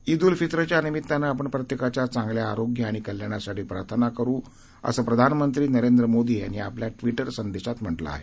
ईद उल फित्रच्या निमित्तानं आपण प्रत्येकाच्या चांगल्या आरोग्य आणि कल्याणासाठी प्रार्थना करत असल्याचं प्रधानमंत्री नरेंद्र मोदी यांनी आपल्या ट्विटर संदेशात म्हटलं आहे